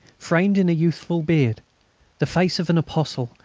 framed in a youthful beard the face of an apostle,